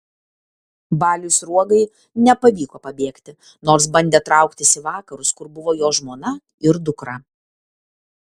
baliui sruogai nepavyko pabėgti nors bandė trauktis į vakarus kur buvo jo žmona ir dukra